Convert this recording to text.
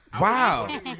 Wow